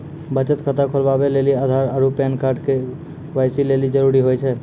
बचत खाता खोलबाबै लेली आधार आरू पैन कार्ड के.वाइ.सी लेली जरूरी होय छै